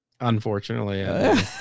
Unfortunately